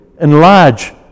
Enlarge